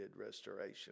Restoration